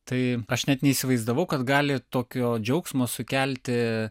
tai aš net neįsivaizdavau kad gali tokio džiaugsmo sukelti